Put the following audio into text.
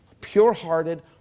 pure-hearted